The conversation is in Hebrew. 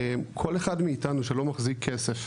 כל אחד מאיתנו שלא מחזיק כסף